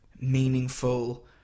meaningful